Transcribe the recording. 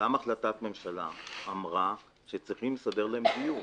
גם החלטת הממשלה אמרה שצריך לסדר להם דיור